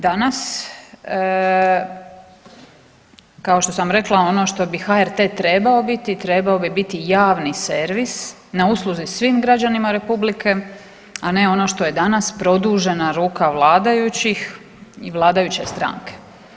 Danas kao što sam rekla ono što bi HRT trebao biti, trebao bi biti javni servis na usluzi svim građanima Republike, a ne ono što je danas produžena ruka vladajućih i vladajuće stranke.